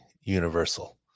universal